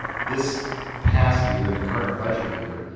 this past year in the current budget year,